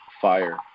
fire